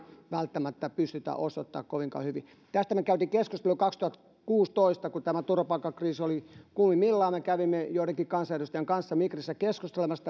välttämättä pystytä osoittamaan kovinkaan hyvin tästä me kävimme keskustelua kaksituhattakuusitoista kun tämä turvapaikkakriisi oli kuumimmillaan me kävimme joidenkin kansanedustajien kanssa migrissä keskustelemassa